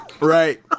right